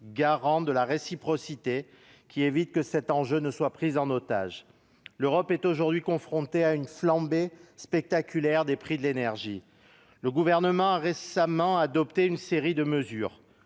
garantir la réciprocité, afin d'éviter que l'enjeu écologique ne soit pris en otage. L'Europe est confrontée à une flambée spectaculaire des prix de l'énergie. Le Gouvernement a récemment adopté une série de mesures